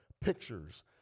pictures